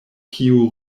kiu